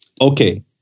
okay